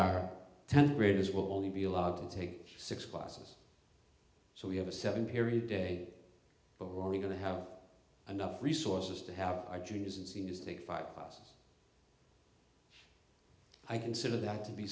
our tenth graders will only be allowed to take six classes so we have a seven period day but we're going to have enough resources to have our juniors and seniors think five classes i consider that to be